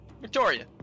Victoria